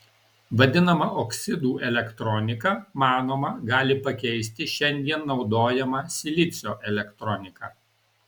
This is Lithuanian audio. vadinama oksidų elektronika manoma gali pakeisti šiandien naudojamą silicio elektroniką